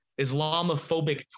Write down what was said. Islamophobic